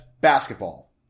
basketball